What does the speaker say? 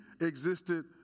existed